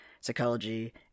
Psychology